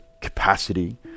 capacity